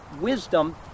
wisdom